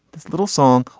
this little song.